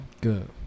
good